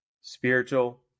spiritual